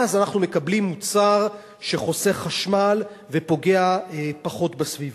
ואז אנחנו מקבלים מוצר שחוסך חשמל ופוגע פחות בסביבה.